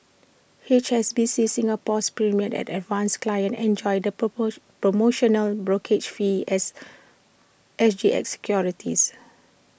H S B C Singapore's premier and advance clients enjoy the promotional brokerage fee S S G X securities